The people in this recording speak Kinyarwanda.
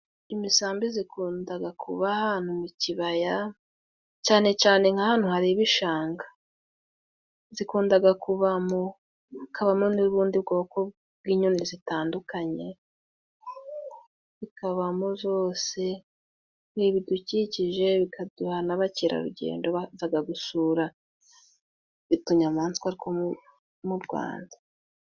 Imisambi zikundaga kuba ahantu mu kibaya cyane cyane nk' ahantu hari ibishanga. Zikundaga kabamo hakabamo n'ubundi bwoko bw'inyoni zitandukanye bikabamo zose, ni ibidukikije bikaduha n'abakerarugendo bazaga gusura utunyamaswa two mu Rwanda.